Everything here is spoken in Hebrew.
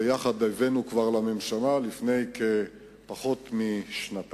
ויחד כבר הבאנו אותו לממשלה, לפני פחות משנתיים,